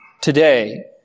today